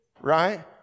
right